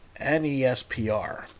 NESPR